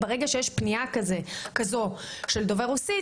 ברגע שיש פנייה כזו של דובר רוסית